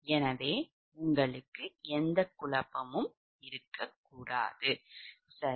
எனவே உங்களுக்கு எந்த குழப்பமும் இருக்கக்கூடாது சரி